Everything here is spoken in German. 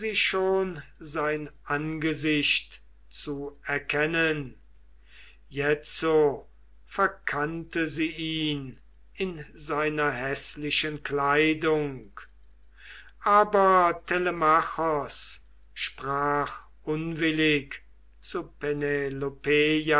schon sein angesicht zu erkennen jetzo verkannte sie ihn in seiner häßlichen kleidung aber telemachos sprach unwillig zu